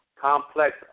complex